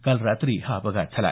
काल रात्री हा अपघात झाला